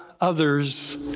others